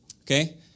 Okay